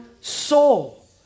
soul